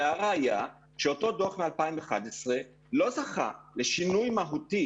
והראיה שאותו דוח מ-2011 לא זכה לשינוי מהותי,